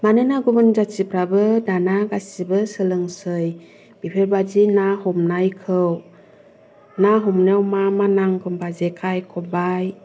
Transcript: मानोना गुबुन जाथिफ्राबो दाना गासिबो सोलोंसै बेफोरबायदि ना हमनायखौ ना हमनायाव मा मा नांगौ होनब्ला जेखाइ खबाइ